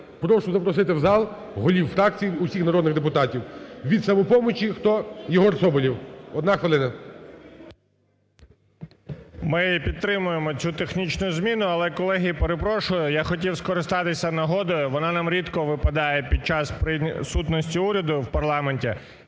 Прошу запросити в зал голів фракцій, усіх народних депутатів. Від "Самопомочі" хто? Єгор Соболєв, одна хвилина. 13:07:40 СОБОЛЄВ Є.В. Ми підтримуємо цю технічну зміну. Але, колеги, перепрошую, я хотів скористатися нагодою, вона нам рідко випадає під час присутності уряду в парламенті,